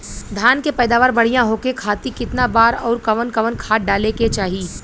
धान के पैदावार बढ़िया होखे खाती कितना बार अउर कवन कवन खाद डाले के चाही?